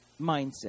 mindset